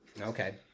Okay